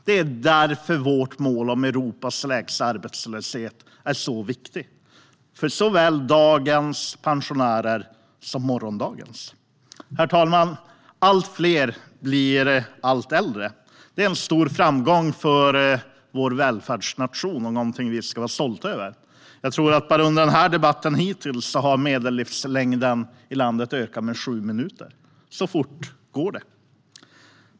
Det är därför vårt mål om Europas lägsta arbetslöshet är så viktigt för såväl dagens som morgondagens pensionärer. Herr talman! Allt fler blir allt äldre. Det är en stor framgång för vår välfärdsnation och något vi ska vara stolta över. Bara under denna debatt har medellivslängden i landet ökat med sju minuter hittills. Så fort går det.